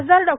खासदार डॉ